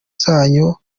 zanyu